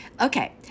Okay